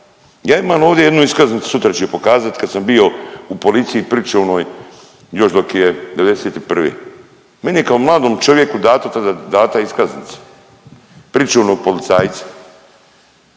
Ja imam ovdje jednu iskaznicu sutra ću ju pokazat, kad sam bio u policiji pričuvnoj još dok je '91. Meni je kao mladom čovjeku dato tada, dana iskaznica pričuvnog policajca.